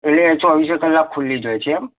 એટલે ચોવીસે કલાક ખૂલ્લી જ હોય છે એમ